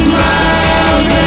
miles